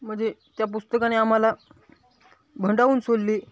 म्हणजे त्या पुस्तकाने आम्हाला भंडावून सोडले